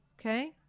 okay